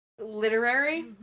literary